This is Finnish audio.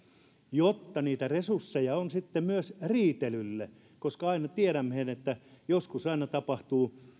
jotta niitä resursseja on sitten myös riitelylle koska tiedämmehän että joskus aina tapahtuu